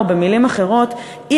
או במילים אחרות,